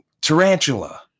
Tarantula